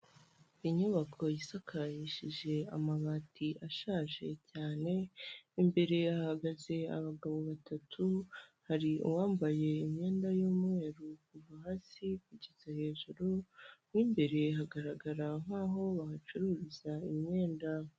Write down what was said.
Inyubako isakarishije amabati ashaje cyane, imbere hahagaze abagabo batatu, hari uwambaye imyenda y'umweru kuva hasi kugeza hejuru, mu imbere hagaragara nk'aho bahacururiza imyenda.